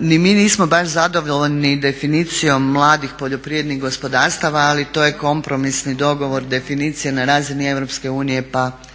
Ni mi nismo baš zadovoljni definicijom mladih poljoprivrednih gospodarstava ali to je kompromisni dogovor, definicija na razini EU pa